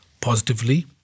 positively